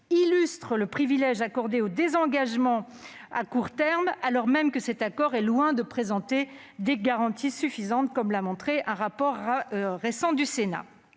illustre le privilège accordé au désengagement à court terme, alors même que cet accord est loin de présenter des garanties suffisantes, comme l'a montré un récent rapport du Sénat.